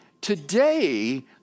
Today